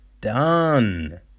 done